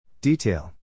Detail